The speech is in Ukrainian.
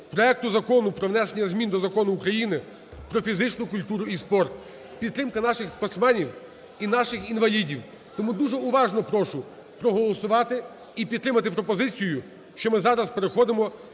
проекту Закону про внесення змін до Закону України "Про фізичну культуру і спорт". Підтримка наших спортсменів і наших інвалідів, тому дуже уважно прошу проголосувати і підтримати пропозицію, що ми зараз переходимо